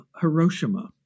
Hiroshima